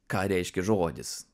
ką reiškia žodis